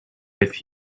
with